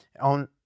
on